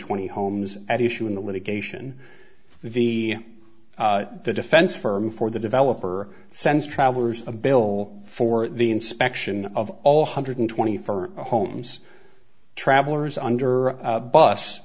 twenty homes at issue in the litigation the the defense firm for the developer sense travelers a bill for the inspection of all hundred twenty four homes travelers under bus